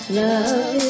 love